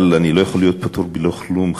אבל אני לא יכול להיות פטור בלא כלום,